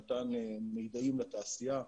שנתן מידעים לתעשייה.